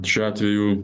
šiuo atveju